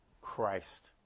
Christ